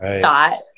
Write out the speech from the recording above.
thought